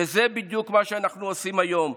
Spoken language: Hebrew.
וזה בדיוק מה שאנחנו עושים היום.